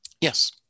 Yes